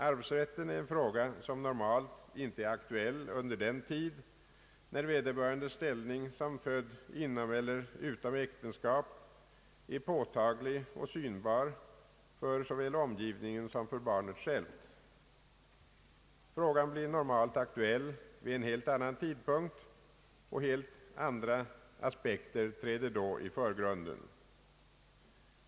Arvsrätten är en fråga som normalt inte är aktuell under den tid, då vederbörandes ställning som född inom eller utom äktenskap är påtaglig och synbar för såväl omgivningen som barnet självt. Frågan blir normalt aktuell vid en helt annan tidpunkt, och helt andra aspekter träder då i förgrunden.